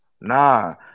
Nah